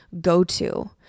go-to